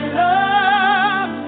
love